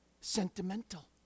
sentimental